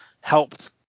helped